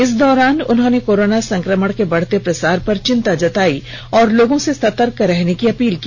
इस दौरान उन्होंने कोरोना संकमण के बढ़ते प्रसार पर चिंता जतायी और लोगों से सतर्क रहने की अपील की